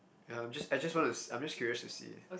uh I'm just I just wanna I'm just curious to see